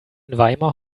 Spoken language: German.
weimar